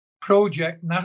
project